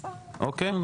אוקיי?